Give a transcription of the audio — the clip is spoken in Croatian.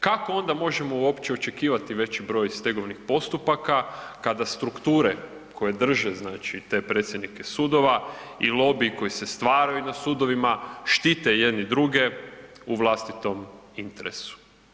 Kako onda možemo uopće očekivati veći broj stegovnih postupaka kada strukture koje drže znači te predsjednike sudova i lobiji koji se stvaraju na sudovima, štite jedni druge i vlastitom interesu.